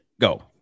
Go